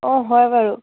অঁ হয় বাৰু